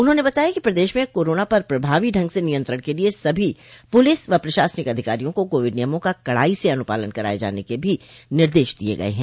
उन्होंने बताया कि प्रदेश में कोरोना पर प्रभावी ढंग से नियंत्रण के लिये सभी पुलिस व प्रशासनिक अधिकारियों को कोविड नियमों का कड़ाई से अनुपालन कराये जाने के भी निर्देश दिये गये हैं